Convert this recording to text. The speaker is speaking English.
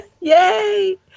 Yay